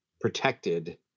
protected